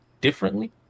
differently